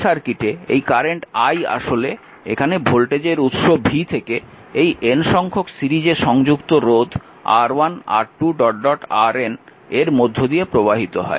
এই সার্কিটে এই কারেন্ট i আসলে এখানে ভোল্টেজের উৎস v থেকে এই N সংখ্যক সিরিজে সংযুক্ত রোধ R1 R2RN এর মধ্য দিয়ে প্রবাহিত হয়